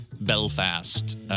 Belfast